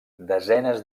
desenes